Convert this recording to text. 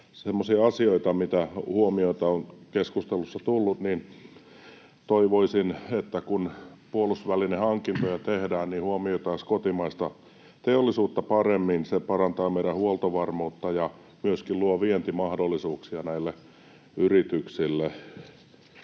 Semmoisia huomioita, mitä on keskustelussa tullut: Toivoisin, että kun puolustusvälinehankintoja tehdään, niin huomioitaisiin kotimaista teollisuutta paremmin. Se parantaa meidän huoltovarmuutta ja myöskin luo vientimahdollisuuksia näille yrityksille.